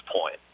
point